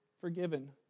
forgiven